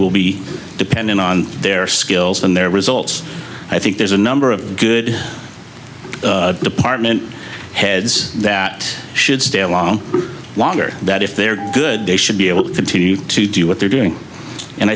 will be dependent on their skills and their results i think there's a number of good department heads that should stay along longer that if they're good they should be able to continue to do what they're doing and